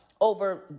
over